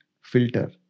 filter